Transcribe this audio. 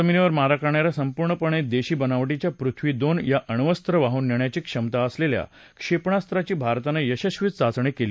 जमिनीवरून जमिनीवर मारा करणाऱ्या संपूर्णपणे देशी बनावीींच्या पृथ्वी दोन या अण्वस्त्र वाहून नेण्याची क्षमता असलेल्या क्षेपणास्त्राची भारतानं यशस्वी चाचणी केली